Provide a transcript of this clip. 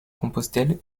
compostelle